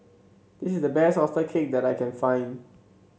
this is the best oyster cake that I can find